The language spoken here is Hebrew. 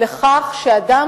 שהאדם